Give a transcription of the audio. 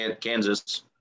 Kansas –